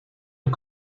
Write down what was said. aux